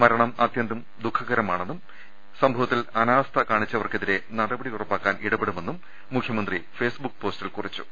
മരണം അത്യന്തം ദുഖകരമാണെന്നും സംഭവത്തിൽ അനാസ്ഥ കാട്ടിയവർക്കെതിരെ നടപടി ഉറപ്പാക്കാൻ ഇടപെടുമെന്നും മുഖ്യമന്ത്രി ഫെയ്സ്ബുക്ക് പോസ്റ്റിൽ കുറിച്ചു